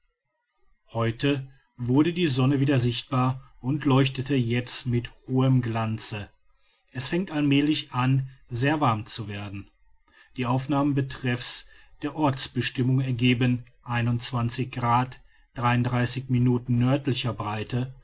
heute wurde die sonne wieder sichtbar und leuchtet jetzt mit hohem glanze es fängt allmälig an sehr warm zu werden die aufnahmen betreffs der ortsbestimmung ergeben nördlicher breite